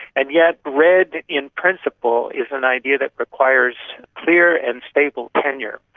and yet redd in principle is an idea that requires clear and stable tenure.